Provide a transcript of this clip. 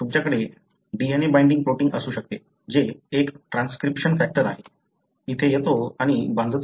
तुमच्याकडे DNA binding protein असू शकते जो एक ट्रान्सक्रिप्शन फॅक्टर आहे येथे येतो आणि बांधतो